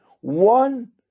one